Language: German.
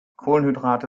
kohlenhydrate